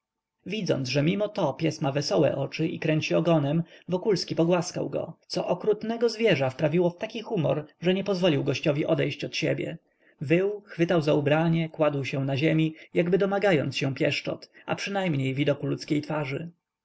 widząc że mimoto pies ma wesołe oczy i kręci ogonem wokulski pogłaskał go co okrutnego zwierza wprawiało w taki humor że nie pozwolił gościowi odejść od siebie wył chwytał za ubranie kładł się na ziemi jakby domagając się pieszczot a przynajmniej widoku ludzkiej twarzy